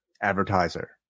advertiser